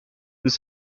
nous